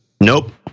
Nope